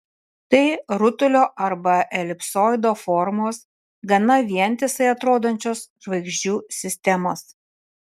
tai rutulio arba elipsoido formos gana vientisai atrodančios žvaigždžių sistemos